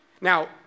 Now